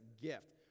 gift